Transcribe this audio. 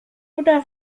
oder